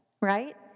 right